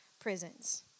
prisons